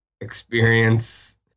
experience